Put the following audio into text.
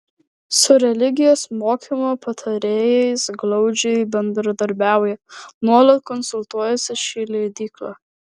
su religijos mokymo patarėjais glaudžiai bendradarbiauja nuolat konsultuojasi ši leidykla